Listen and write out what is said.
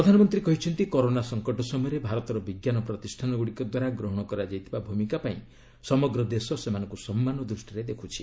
ପ୍ରଧାନମନ୍ତ୍ରୀ କହିଛନ୍ତି କରୋନା ସଂକଟ ସମୟରେ ଭାରତର ବିଜ୍ଞାନ ପ୍ରତିଷାନ ଗୁଡ଼ିକ ଦ୍ୱାରା ଗ୍ରହଣ କରାଯାଇଥିବା ଭୂମିକା ପାଇଁ ସମଗ୍ର ଦେଶ ସେମାନଙ୍କୁ ସମ୍ମାନ ଦୃଷ୍ଟିରେ ଦେଖୁଛି